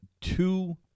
two